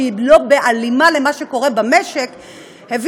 שהיא לא בהלימה למה שקורה במה שקורה במשק,